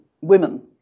women